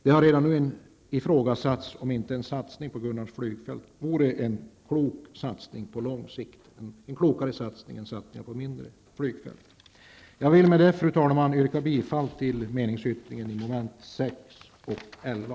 Det har redan nu ifrågasatts om inte en satsning på Gunnarns flygfält på lång sikt vore klokare än satsningar på mindre flygfält. Jag vill med detta, fru talman, yrka bifall till meningsyttringen i mom. 6 och 11.